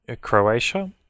Croatia